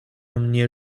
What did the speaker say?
mnie